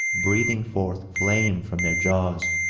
breathing forth flame from their jaws.